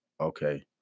okay